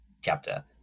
chapter